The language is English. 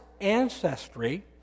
ancestry